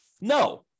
No